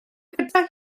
gyda